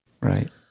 Right